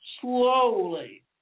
slowly